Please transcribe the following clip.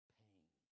pain